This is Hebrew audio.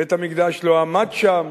בית-המקדש לא עמד שם.